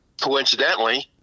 coincidentally